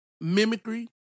mimicry